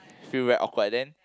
feel very awkward then